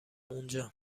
اونجا